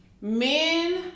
men